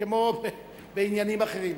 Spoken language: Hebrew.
כמו בעניינים אחרים.